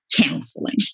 counseling